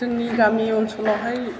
जोंनि गामि ओनसोलावहाय